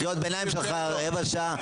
קריאות הביניים שלך רבע שעה.